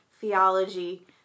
theology